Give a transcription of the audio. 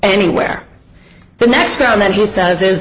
anywhere the next round that he says is